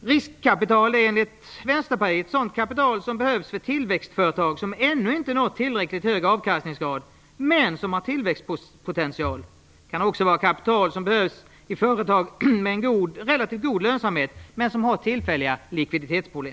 Riskkapital är, enligt Vänsterpartiet, sådant kapital som behövs för tillväxtföretag som ännu inte nått tillräckligt hög avkastningsgrad, men som har tillväxtpotential. Det kan också vara kapital som behövs i ett företag med relativt god lönsamhet, men som har tillfälliga likviditetsproblem.